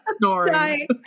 snoring